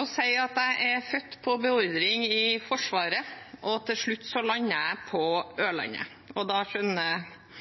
å si at jeg er født på beordring i Forsvaret, og at til slutt landet jeg på Ørlandet. Da skjønner vel salen hva jeg skal inn på.